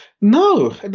No